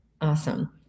Awesome